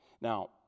Now